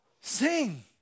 sing